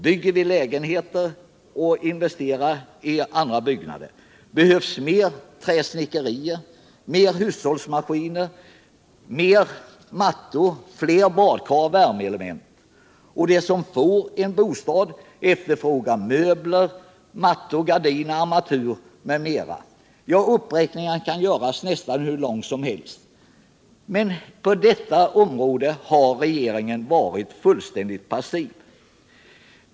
Bygger man lägenheter och investerar i andra byggnader behövs mer träsnickerier, mer hushållsmaskiner, mer mattor, fler badkar och värmeelement. De som får en bostad efterfrågar möbler, mattor, gardiner, armatur m.m. Ja, uppräkningen kan göras nästan hur lång som helst. Men på detta område har regeringen varit fullständigt passiv.